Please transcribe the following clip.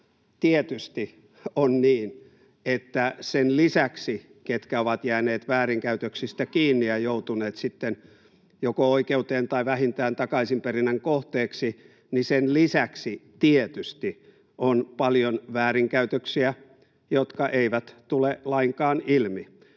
Tietysti niiden lisäksi, ketkä ovat jääneet väärinkäytöksistä kiinni ja joutuneet sitten joko oikeuteen tai vähintään takaisinperinnän kohteeksi, on paljon väärinkäytöksiä, jotka eivät tule lainkaan ilmi.